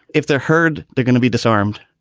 if they're heard, they're gonna be disarmed.